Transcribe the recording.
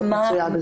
זה